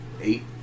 eight